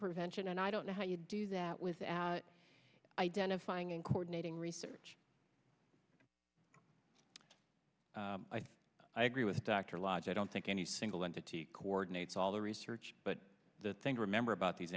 prevention and i don't know how you do that with at identifying and coordinating research i agree with dr lodge i don't think any single entity coordinates all the research but the thing to remember about these